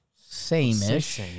Same-ish